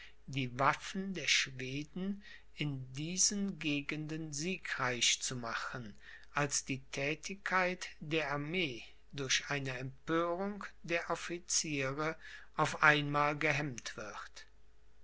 die waffen der schweden in diesen gegenden siegreich zu machen als die thätigkeit der armee durch eine empörung der officiere auf einmal gehemmt wird